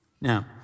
Now